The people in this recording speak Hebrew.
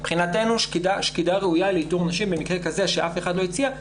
מבחינתנו שקידה ראויה לאיתור נשים במקרה כזה שאף אחד לא הציע,